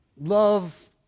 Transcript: love